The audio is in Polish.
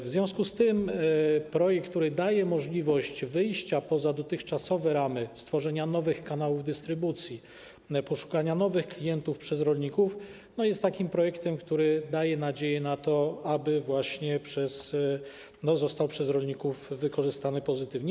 W związku z tym projekt, który daje możliwość wyjścia poza dotychczasowe ramy, stworzenia nowych kanałów dystrybucji, poszukania nowych klientów przez rolników, jest takim projektem, który daje nadzieję na to, że zostanie przez rolników wykorzystany pozytywnie.